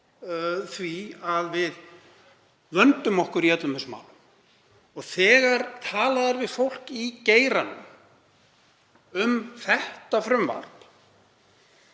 því að við vöndum okkur í öllum þessum málum. Þegar talað er við fólk í geiranum um þetta frumvarp